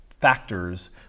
factors